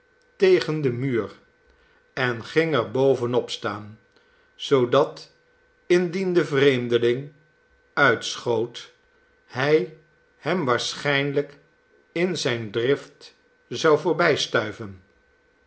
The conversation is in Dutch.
tegen den muur en ging er bovenop staan zoodat indien de vreemdeling uitschoot hij hem waarschijnlijk in zijne drift zou